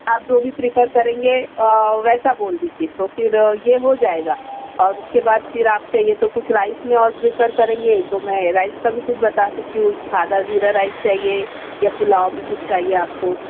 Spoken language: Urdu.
آپ جو بھی پریفر کریں گے ویسا بول دیجیے تو پھر یہ ہوجائے گا اور اس کے بعد پھر آپ چاہیے تو کچھ رائیس میں پریفر کریں گے تو میں رائیس کا بھی کچھ بتا سکتی ہوں سادہ زیرہ رائیس چاہیے یا پلواؤ میں کچھ چاہیے آپ کو